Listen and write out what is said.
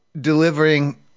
Delivering